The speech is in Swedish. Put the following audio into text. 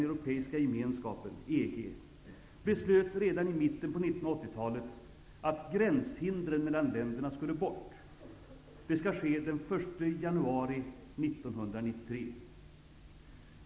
Europeiska gemenskapen beslöt redan i mitten på 1980-talet att gränshindren mellan länderna skulle bort. Det skulle ske den 1 januari 1993.